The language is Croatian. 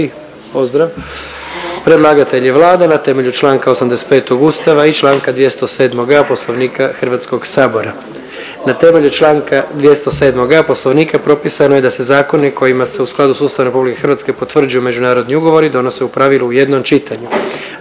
br. 43. Predlagatelj je Vlada na temelju čl. 85. Ustava i čl. 207.a. Poslovnika HS. Na temelju čl. 207.a. Poslovnika propisano je da se zakoni kojima se u skladu s Ustavom RH potvrđuju međunarodni ugovori donose u pravilu u jednom čitanju.